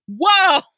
whoa